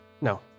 No